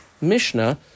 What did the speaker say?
Mishnah